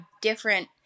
different